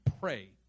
pray